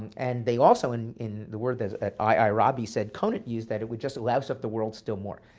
and and they also, in in the words that i rabi said and conant used, that it would just louse up the world still more.